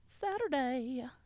Saturday